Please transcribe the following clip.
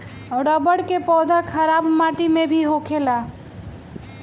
रबड़ के पौधा खराब माटी में भी होखेला